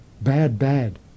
bad-bad